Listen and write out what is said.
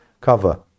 cover